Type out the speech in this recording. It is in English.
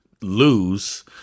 lose